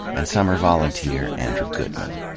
and summer volunteer andrew goodman.